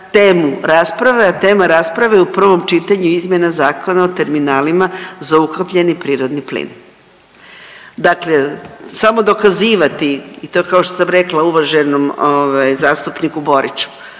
temu rasprave, a tema rasprave je u prvom čitanju izmjena Zakona o terminalima za ukapljeni prirodni plin. Dakle, samo dokazivati i to kao što sam rekla uvaženom zastupniku Boriću,